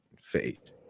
fate